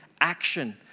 action